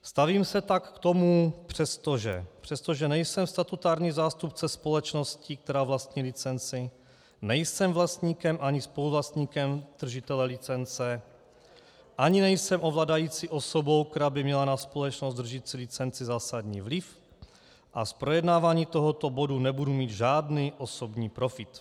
Stavím se tak k tomu přesto, že nejsem statutární zástupce společnosti, která vlastní licenci, nejsem vlastníkem ani spoluvlastníkem držitele licence, ani nejsem ovládající osobou, která by měla na společnost držící licenci zásadní vliv, a z projednávání tohoto bodu nebudu mít žádný osobní profit.